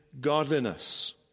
godliness